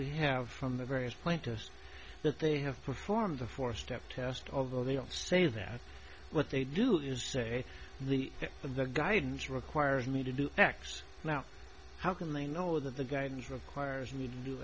we have from the various plaintiffs that they have performed the four step test although they don't say that what they do is say the head of the guidance requires me to do x now how can they know that the guidance requires me to do